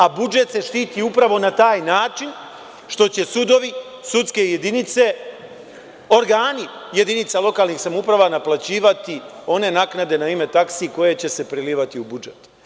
A budžet se štiti upravo na taj način što će sudovi, sudske jedinice, organi jedinica lokalnih samouprava naplaćivati one naknade na ime taksi koje će se prelivati u budžet.